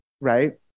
right